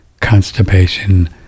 constipation